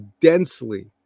densely